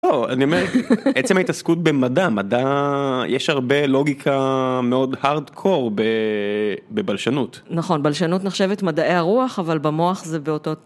לא, אני אומר, עצם התעסקות במדע, מדע יש הרבה לוגיקה מאוד hard core בבלשנות. נכון, בלשנות נחשבת מדעי הרוח אבל במוח זה באותו...